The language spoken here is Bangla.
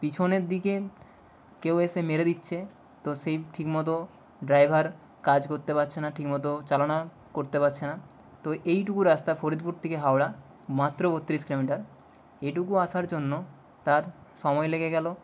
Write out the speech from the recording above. পিছনের দিকের কেউ এসে মেরে দিচ্ছে তো সে ঠিক মতো ড্রাইভার কাজ করতে পারছে না ঠিকমতো চালনা করতে পারছে না তো এইটুকু রাস্তা ফরিদপুর থেকে হাওড়া মাত্র বত্রিশ কিলোমিটার এইটুকু আসার জন্য তার সময় লেগে গেল